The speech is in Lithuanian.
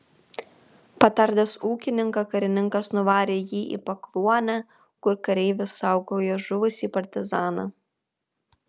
patardęs ūkininką karininkas nuvarė jį į pakluonę kur kareivis saugojo žuvusį partizaną